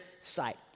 sight